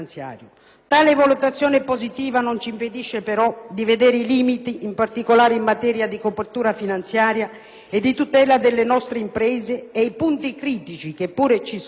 Tale valutazione positiva non ci impedisce, però, di vedere i limiti, in particolare in materia di copertura finanziaria e di tutela delle nostre imprese, e i punti critici, che pure ci sono,